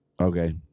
Okay